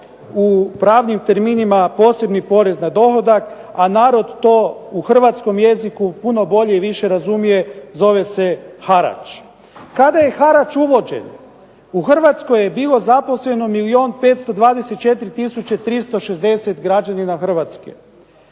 u pravnim terminima posebni porez na dohodak, a narod to u hrvatskom jeziku puno bolje i više razumije, zove se harač? Kada je harač uvođen u Hrvatskoj je bilo zaposleno milijun 524 tisuće 360 građanina Hrvatske.